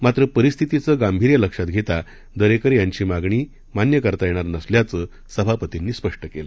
मात्र परिस्थितीचं गांभीर्य लक्षात घेता दरेकर यांची मागणी मान्य करता येणार नसल्याचं सभापतींनी स्पष्ट केलं